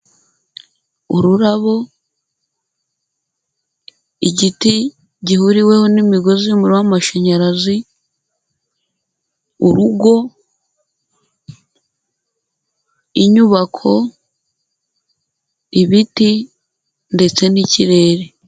Ururabo, igiti gihuriweho n'imigozi y'umuriro w'amashanyarazi, urugo, inyubako, ibiti ndetse n'ikirere.